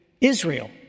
Israel